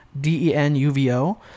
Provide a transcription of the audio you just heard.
d-e-n-u-v-o